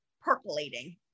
percolating